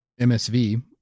MSV